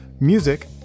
Music